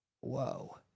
whoa